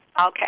Okay